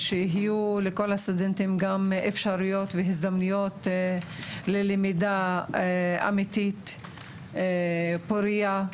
שיהיו להם אפשרויות והזדמנויות ללמידה אמיתית ופורייה,